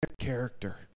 character